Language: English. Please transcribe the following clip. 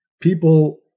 People